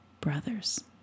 Brothers